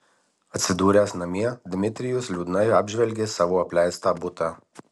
atsidūręs namie dmitrijus liūdnai apžvelgė savo apleistą butą